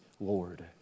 Lord